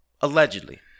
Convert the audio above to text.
allegedly